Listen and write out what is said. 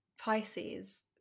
Pisces